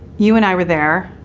you and i were there.